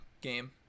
game